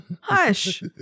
Hush